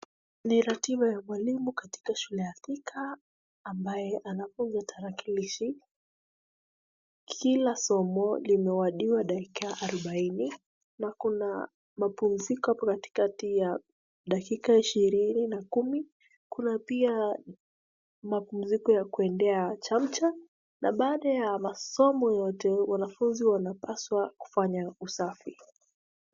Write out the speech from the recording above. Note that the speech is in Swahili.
Ni ratiba ya mwalimu katika shule ya Thika ambaye anafunza tarakilishi. Kila somo limewadiwa dakika 40 na kuna mapumziko hapo katikati ya dakika 20 na 10. Kuna pia mapumziko ya kuendea chamcha na baada ya masomo yote wanafunzi wanapaswa kufanya usafi.